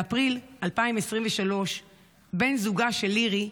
באפריל 2023 בן זוגה של לירי,